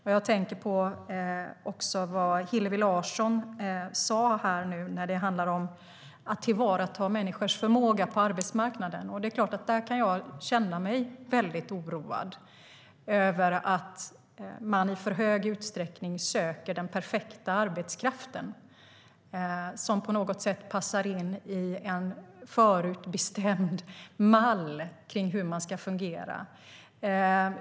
Även jag tänker på vad Hillevi Larsson sa när det handlar om att tillvarata människors förmåga på arbetsmarknaden. Där kan jag så klart känna mig väldigt oroad över att man i för hög utsträckning söker den perfekta arbetskraften som på något sätt passar in i en förutbestämd mall kring hur det ska fungera.